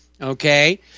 Okay